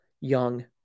young